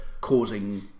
causing